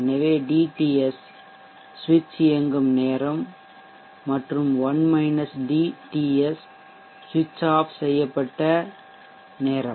எனவே dTS சுவிட்ச் இயங்கும் நேரம் மற்றும் TS சுவிட்ச் ஆஃப் செய்யப்பட்ட நேரம்